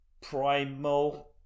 Primal